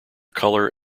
colour